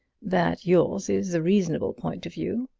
that yours is the reasonable point of view.